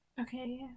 Okay